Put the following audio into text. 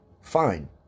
Fine